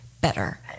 better